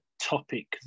topic